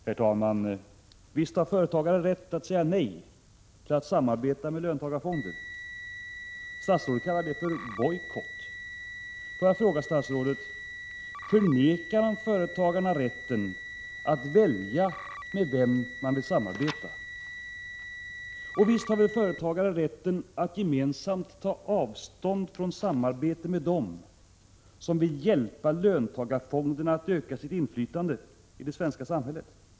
Herr talman! Visst har företagare rätt att säga nej till ett samarbete med löntagarfonder. Statsrådet kallar det för bojkott. Får jag fråga statsrådet: Förvägrar han företagarna rätten att välja med vem de vill samarbeta? 67 Visst har väl företagarna rätten att gemensamt ta avstånd från samarbete med dem som vill hjälpa löntagarfonderna att öka sitt inflytande i det svenska samhället.